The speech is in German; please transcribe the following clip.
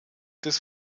des